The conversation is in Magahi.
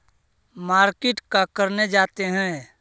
मार्किट का करने जाते हैं?